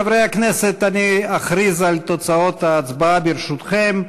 חברי הכנסת, אני אכריז על תוצאות ההצבעה, ברשותכם.